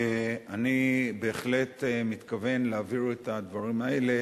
אני בהחלט מתכוון להעביר את הדברים האלה